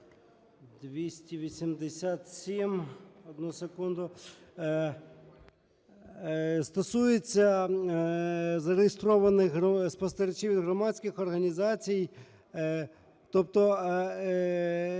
287… одну секунду. Стосується зареєстрованих спостерігачів і громадських організацій. Тобто